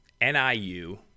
NIU